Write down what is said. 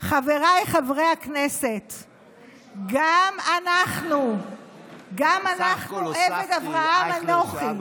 חבריי חברי הכנסת, גם אנחנו "עבד אברהם אנכי".